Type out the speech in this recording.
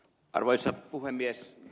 arvoisa puhemies